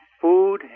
food